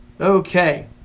Okay